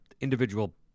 individual